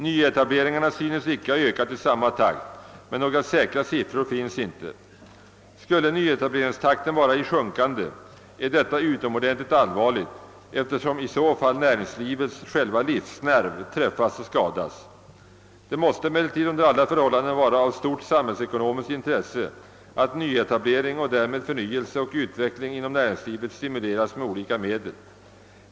Nyetableringarna synes icke ha ökat i samma takt, men några säkra siffror finns inte. Skulle nyetableringstakten vara i sjunkande är detta utomordentligt allvarligt, eftersom i så fall näringslivets själva livsnerv träffas och skadas. Det måste emellertid under alla förhållanden vara av stort samhällsekonomiskt intresse att nyetablering och därmed förnyelse och utveckling inom näringslivet stimuleras med olika medel.